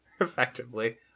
effectively